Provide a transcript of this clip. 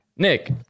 Nick